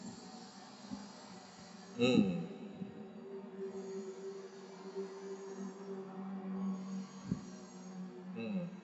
mm mm